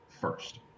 first